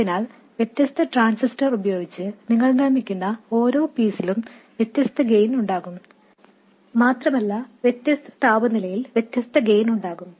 അതിനാൽ വ്യത്യസ്ത ട്രാൻസിസ്റ്റർ ഉപയോഗിച്ച് നിങ്ങൾ നിർമ്മിക്കുന്ന ഓരോ പീസിലും വ്യത്യസ്ത ഗെയിൻ ഉണ്ടാകും മാത്രമല്ല വ്യത്യസ്ത താപനിലയിൽ വ്യത്യസ്ത ഗെയിൻ ഉണ്ടാകും